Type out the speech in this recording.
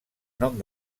nom